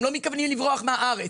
הם לא מתכוונים לברוח מהארץ.